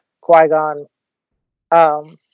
Qui-Gon